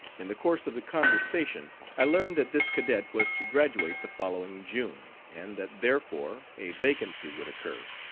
in the course of the conversation i learned that this cadet was to graduate the following june and that therefore a vacancy would occur.